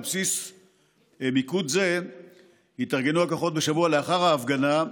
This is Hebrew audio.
על בסיס מיקוד זה התארגנו הכוחות בשבוע לאחר ההפגנה,